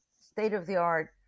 state-of-the-art